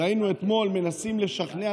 ראינו אתמול שהם מנסים לשכנע,